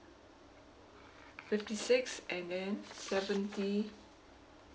fifty six and then seventy